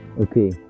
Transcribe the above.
Okay